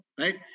right